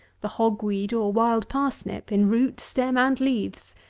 the hog-weed or wild parsnip, in root, stem, and leaves.